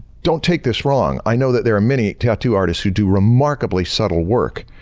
don't take this wrong, i know that there are many tattoo artists who do remarkably subtle work,